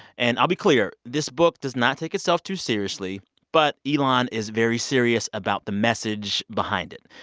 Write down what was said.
and i'll be clear this book does not take itself too seriously. but elan is very serious about the message behind it.